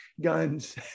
guns